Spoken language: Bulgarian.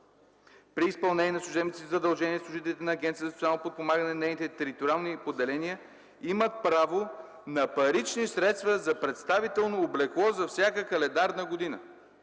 При изпълнение на служебните си задължения служителите на Агенцията за социално подпомагане и нейните териториални поделения имат право на парични средства за представително облекло за всяка календарна година.